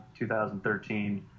2013